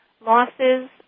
losses